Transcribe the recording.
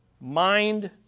Mind